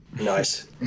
nice